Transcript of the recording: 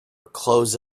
close